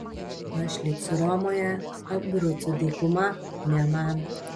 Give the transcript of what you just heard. aš liksiu romoje abrucų dykuma ne man